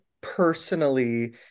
personally